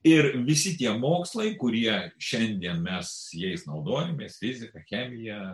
ir visi tie mokslai kurie šiandien mes jais naudojamės fizika chemija